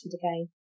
again